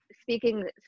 speaking